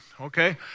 okay